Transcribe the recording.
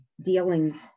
dealing